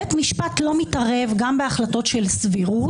בית משפט לא מתערב גם בהחלטות של סבירות,